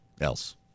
else